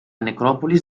necròpolis